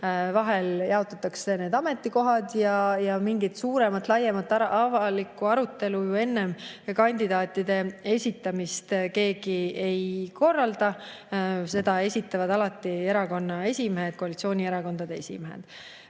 jaotatakse koalitsiooni vahel ja mingit suuremat ja laiemat avalikku arutelu enne kandidaatide esitamist keegi ei korralda. Neid esitavad alati erakondade esimehed, koalitsioonierakondade esimehed.